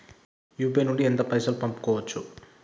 UPI నుండి ఎంత పైసల్ పంపుకోవచ్చు?